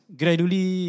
gradually